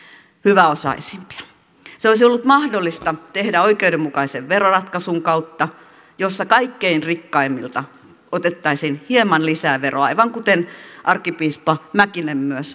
se olisi ollut mahdollista tehdä oikeudenmukaisen veroratkaisun kautta jossa kaikkein rikkaimmilta otettaisiin hieman lisää veroa aivan kuten arkkipiispa mäkinen myös toivoi osaltaan